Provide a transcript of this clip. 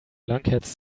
lunkheads